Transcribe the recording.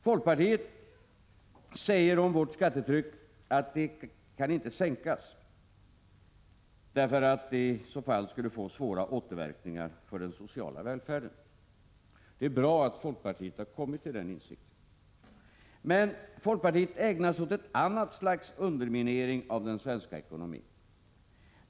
Folkpartiet säger om vårt skattetryck att det inte kan sänkas, därför att det iså fall skulle få svåra återverkningar för den sociala välfärden. Det är bra att folkpartiet har kommit till den insikten. Men folkpartiet ägnar sig åt ett annat slags underminering av den svenska ekonomin.